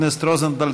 חבר הכנסת רוזנטל,